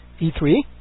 E3